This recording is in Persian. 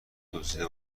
دزدیده